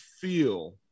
feel